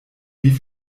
wie